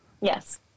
Yes